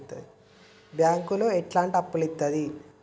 బ్యాంకులు ఎట్లాంటి అప్పులు ఇత్తది?